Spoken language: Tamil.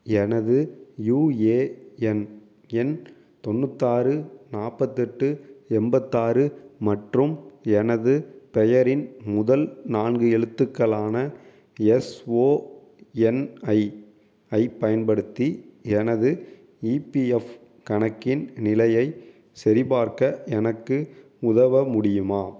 எனது யுஏஎன் எண் தொண்ணூத்தாறு நாற்பத்தெட்டு எண்பத்தாறு மற்றும் எனது பெயரின் முதல் நான்கு எழுத்துக்களான எஸ்ஓஎன்ஐ ஐப் பயன்படுத்தி எனது ஈபிஎஃப் கணக்கின் நிலையை சரிப்பார்க்க எனக்கு உதவ முடியுமா